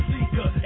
Seeker